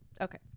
Okay